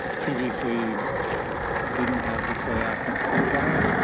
previously didn't have and so yeah access to orca.